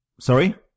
Sorry